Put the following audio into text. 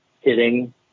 hitting